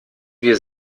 wir